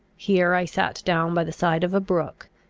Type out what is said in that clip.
here i sat down by the side of a brook,